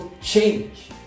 change